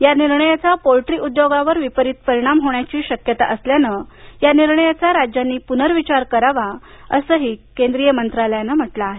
या निर्णयाचा पोल्ट्री उद्योगावर विपरीत परिणाम होण्याची शक्यता असल्यानं या निर्णयाचा राज्यांनी पुनर्विचार करावा असंही केंद्रीय मंत्रालयानं म्हटलं आहे